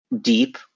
deep